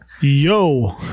Yo